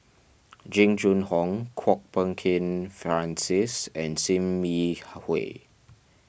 Jing Jun Hong Kwok Peng Kin Francis and Sim Yi Hui